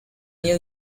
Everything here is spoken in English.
you